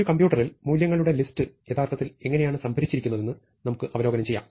ഒരു കമ്പ്യൂട്ടറിൽ മൂല്യങ്ങളുടെ ലിസ്റ്റ് യഥാർത്ഥത്തിൽ എങ്ങനെയാണ് സംഭരിച്ചിരിക്കുന്നതെന്ന് നമുക്ക് അവലോകനം ചെയ്യാം